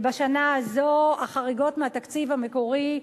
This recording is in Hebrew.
בשנה הזאת החריגות מהתקציב המקורי,